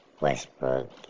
Westbrook